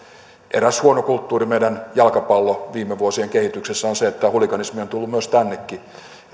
eräs huono kulttuuri meidän jalkapallon viime vuosien kehityksessä on se että huliganismi on tullut tännekin